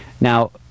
Now